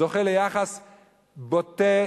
זוכה ליחס בוטה,